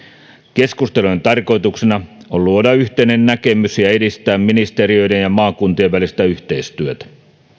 keskustelujen tarkoituksena on luoda yhteinen näkemys ja ja edistää ministeriöiden ja maakuntien välistä yhteistyötä